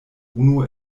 unu